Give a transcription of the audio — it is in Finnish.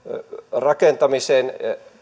rakentamisen